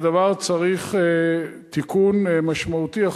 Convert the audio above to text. הדבר צריך תיקון משמעותי.